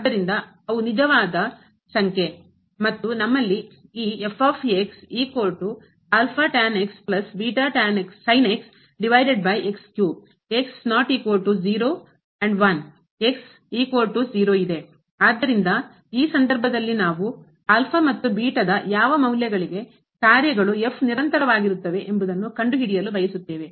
ಆದ್ದರಿಂದ ಅವು ನಿಜವಾದ ಸಂಖ್ಯೆ ಮತ್ತು ನಮ್ಮಲ್ಲಿ ಈ ಇದೆ ಆದ್ದರಿಂದ ಈ ಸಂದರ್ಭದಲ್ಲಿ ನಾವು ಮತ್ತು ದ ಯಾವ ಮೌಲ್ಯಗಳಿಗೆ ಕಾರ್ಯಗಳು ನಿರಂತರವಾಗಿರುತ್ತವೆ ಎಂಬುದನ್ನು ಕಂಡುಹಿಡಿಯಲು ಬಯಸುತ್ತೇವೆ